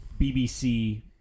BBC